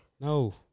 No